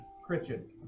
Christian